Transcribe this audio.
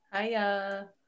Hiya